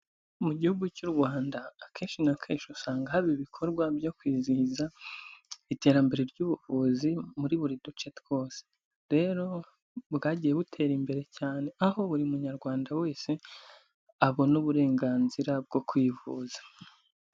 Mu gihugu cy'u Rwanda akenshi na kenshi usanga haba ibikorwa byo kwizihiza iterambere ry'ubuvuzi muri buri duce twose, rero bwagiye butera imbere cyane aho buri munyarwanda wese abona uburenganzira bwo kwivuza.